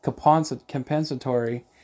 compensatory